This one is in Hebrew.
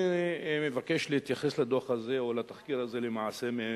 אני מבקש להתייחס לדוח הזה או לתחקיר הזה מנקודה,